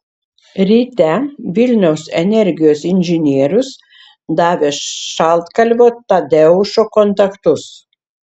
ryte vilniaus energijos inžinierius davė šaltkalvio tadeušo kontaktus